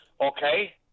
Okay